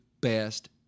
best